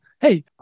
hey